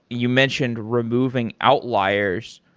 you mentioned removing outliers.